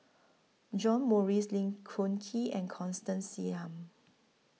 John Morrice Lee Choon Kee and Constance Singam